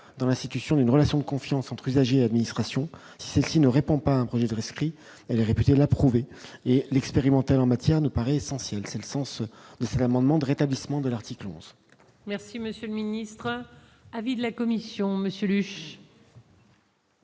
dans l'institution d'une relation de confiance entre usagers, administration, celle-ci ne répond pas, un projet de rescrit elle est réputée l'approuver et l'expérimenté en matière de Paris essentiel, c'est le sens de cet amendement de rétablissement de l'article. Merci monsieur le ministre, un avis de la Commission, monsieur